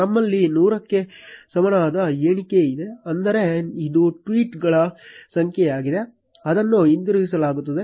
ನಮ್ಮಲ್ಲಿ 100 ಕ್ಕೆ ಸಮಾನವಾದ ಎಣಿಕೆ ಇದೆ ಅಂದರೆ ಇದು ಟ್ವೀಟ್ ಗಳ ಸಂಖ್ಯೆಯಾಗಿದೆ ಅದನ್ನು ಹಿಂತಿರುಗಿಸಲಾಗುತ್ತದೆ